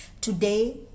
Today